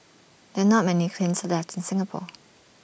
there are not many kilns left in Singapore